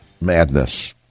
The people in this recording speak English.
madness